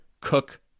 Cook